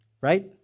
right